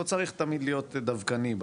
לא צריך תמיד להיות דווקאי.